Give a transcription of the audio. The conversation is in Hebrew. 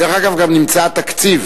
דרך אגב, גם נמצא התקציב.